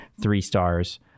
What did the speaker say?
three-stars